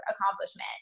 accomplishment